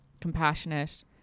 compassionate